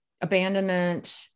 abandonment